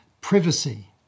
privacy